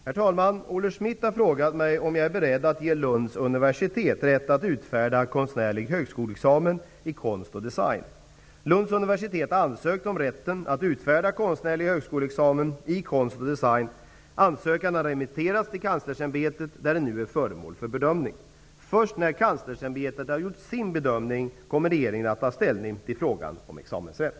Herr talman! Olle Schmidt har frågat mig om jag är beredd att ge Lunds universitet rätt att utfärda konstnärlig högskoleexamen i konst och design. Lunds universitet har ansökt om rätten att utfärda konstnärlig högskoleexamen i konst och design. Ansökan har remitterats till Kanslersämbetet där den nu är föremål för bedömning. Först när Kanslersämbetet har gjort sin bedömning kommer regeringen att ta ställning till frågan om examensrätt.